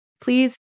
please